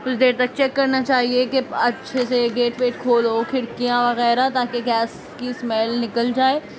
کچھ دیر تک چیک کرنا چاہیے کہ ظاچھے سے گیٹ ویٹ کھولو کھڑکیاں وغیرہ تاکہ گیس کی اسمیل نکل جائے